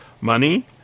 money